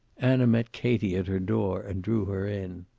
anna met katie at her door and drew her in.